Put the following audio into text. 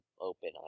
open